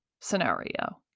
scenario